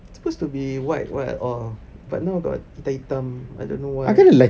supposed to be white what all but now got hitam-hitam I don't know why